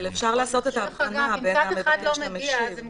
אבל אפשר לעשות את ההבחנה בין המגיש למשיב.